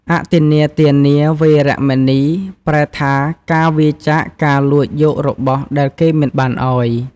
អទិន្នាទានា វេរមណី ប្រែថា ការវៀរចាកការលួចយករបស់ដែលគេមិនបានឲ្យ។